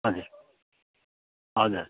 हजुर हजुर